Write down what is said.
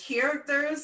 characters